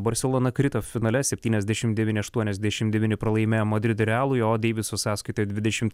barcelona krito finale septyniasdešimt devyni aštuoniasdešimt devyni pralaimėjo madrido realui o deiviso sąskaitoje dvidešimt